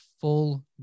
full